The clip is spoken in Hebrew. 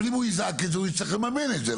אבל אם הוא יזעק את זה הוא יצטרך לממן את זה,